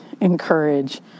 encourage